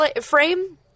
frame